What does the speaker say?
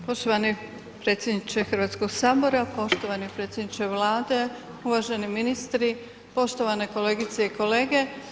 Poštovani predsjedniče Hrvatskoga sabora, poštovani predsjedniče Vlade, uvaženi ministri, poštovane kolegice i kolege.